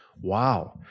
wow